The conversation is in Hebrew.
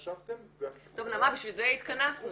ישבתם --- טוב נעמה, בשביל זה התכנסנו.